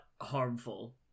harmful